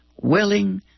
willing